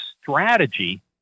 strategy